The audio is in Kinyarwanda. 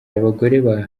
abagore